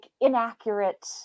inaccurate